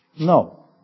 No